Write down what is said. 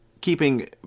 Keeping